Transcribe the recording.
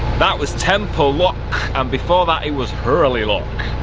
that was temple lock and before that it was hurley lock.